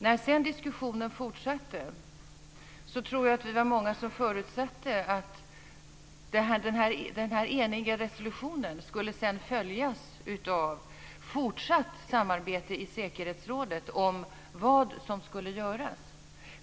När sedan diskussionen fortsatte så tror jag att vi var många som förutsatte att denna eniga resolution sedan skulle följas av fortsatt samarbete i säkerhetsrådet om vad som skulle göras.